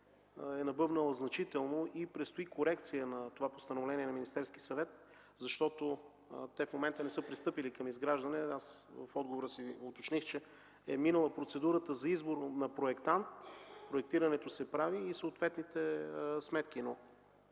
е набъбнала значително и предстои корекция на това постановление на Министерския съвет. Те в момента не са пристъпили към изграждане – аз в отговора си уточних, че е минала процедурата за избор на проектант, проектирането се прави и съответните сметки,